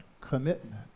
commitment